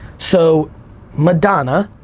so madonna,